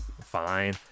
Fine